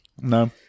No